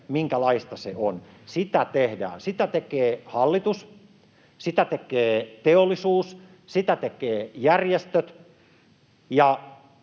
minkälaista se on. Sitä tehdään. Sitä tekee hallitus, sitä tekee teollisuus, sitä tekevät järjestöt,